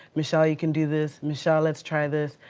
michelle, you can do this. michelle, let's try this.